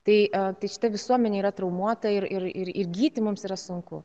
tai tai šita visuomenė yra traumuota ir ir ir gyti mums yra sunku